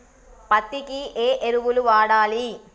పత్తి కి ఏ ఎరువులు వాడాలి?